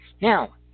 Now